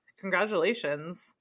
congratulations